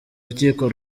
rukiko